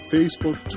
Facebook